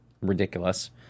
ridiculous